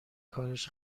کارش